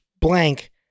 blank